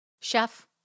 chef